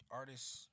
artists